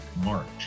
March